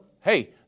hey